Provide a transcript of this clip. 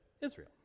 Israel